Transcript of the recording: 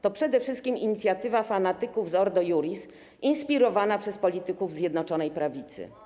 To przede wszystkim inicjatywa fanatyków Ordo Iuris inspirowana przez polityków Zjednoczonej Prawicy.